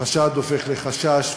החשד הופך לחשש,